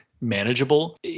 manageable